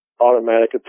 automatic